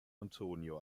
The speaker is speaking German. antonio